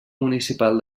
municipal